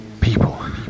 People